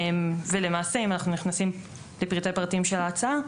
אם אנחנו נכנסים לפרטי פרטים של ההצעה,